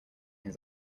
his